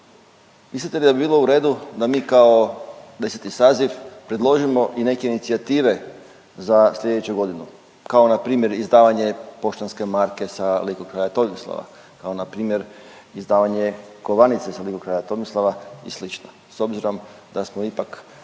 Mislite li da bi bilo u redu da mi kao 10. saziv predložimo i neke inicijative za slijedeću godinu, kao npr. izdavanje poštanske marke sa likom kralja Tomislava, kao npr. izdavanje kovanice sa likom kralja Tomislava i slično s obzirom da smo ipak,